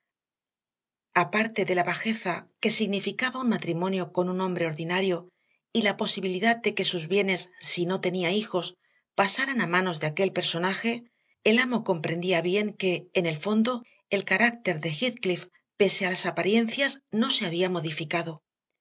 aparte de la bajeza que significaba un matrimonio con un hombre ordinario y la posibilidad de que sus bienes si no tenía hijos pasaran a manos de aquel personaje el amo comprendía bien que en el fondo el carácter de heathcliff pese a las apariencias no se había modificado